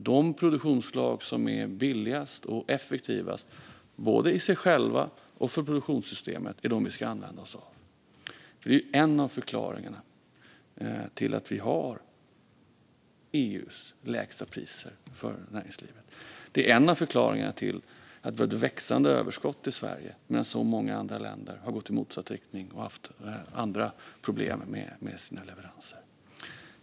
De produktionsslag som är billigast och effektivast, både i sig själva och för produktionssystemet, är dem vi ska använda oss av. Detta är en av förklaringarna till att vi har EU:s lägsta priser för näringslivet. Det är en av förklaringarna till att vi har ett växande överskott i Sverige medan många andra länder har gått i motsatt riktning och haft andra problem med sina leveranser.